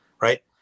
Right